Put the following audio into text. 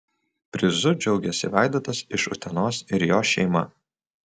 prizu džiaugiasi vaidotas iš utenos ir jo šeima